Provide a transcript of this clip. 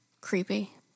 Creepy